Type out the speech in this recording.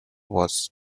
was